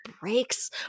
breaks